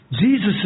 Jesus